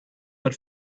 but